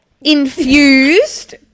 infused